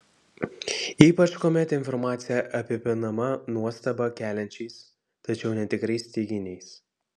ypač kuomet informacija apipinama nuostabą keliančiais tačiau netikrais teiginiais